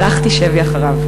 הלכתי שבי אחריו.